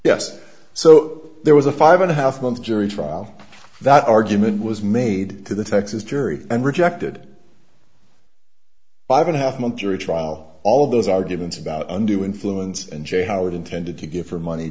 yes so there was a five and a half month jury trial that argument was made to the texas jury and rejected five and a half months or a trial all of those arguments about undue influence and j howard intended to give her money